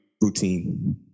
routine